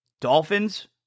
Dolphins